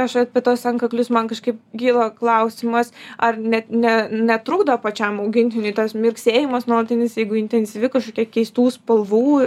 aš apie tuos antkaklius man kažkaip kyla klausimas ar net ne netrukdo pačiam augintiniui tas mirksėjimas nuolatinis jeigu intensyvi kažkokia keistų spalvų